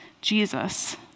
Jesus